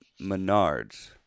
Menards